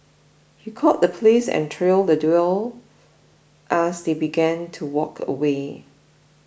he called the police and trailed the duo as they began to walk away